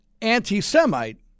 anti-Semite